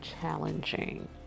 challenging